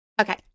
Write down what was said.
okay